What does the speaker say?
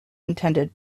intended